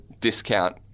discount